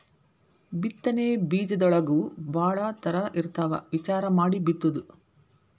ಬಿತ್ತನೆ ಬೇಜದೊಳಗೂ ಭಾಳ ತರಾ ಇರ್ತಾವ ವಿಚಾರಾ ಮಾಡಿ ಬಿತ್ತುದು